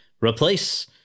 replace